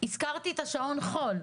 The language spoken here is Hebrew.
הזכרתי את שעון החול.